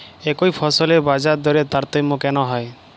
একই ফসলের বাজারদরে তারতম্য কেন হয়?